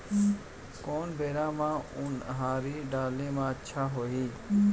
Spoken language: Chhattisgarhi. कोन बेरा म उनहारी डाले म अच्छा होही?